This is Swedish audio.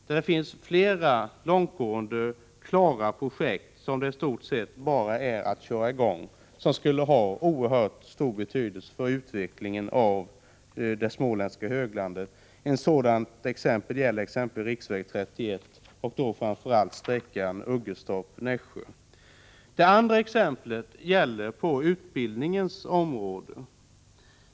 Det finns flera långtgående projekt klara, där det i stort sett bara är att köra i gång, som skulle få oerhört stor betydelse för utvecklingen av det småländska höglandet. Ett sådant projekt är förbättring av riksväg 31, framför allt sträckan Öggestorp-Nässjö. Det andra exemplet är hämtat från utbildningsområdet.